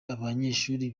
abanyeshuri